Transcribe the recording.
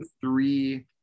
three